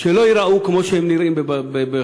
שלא ייראו כמו שהם נראים בחוץ-לארץ.